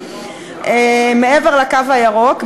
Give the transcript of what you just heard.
מעבר לקו הירוק,